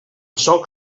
solc